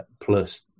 plus